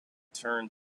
turn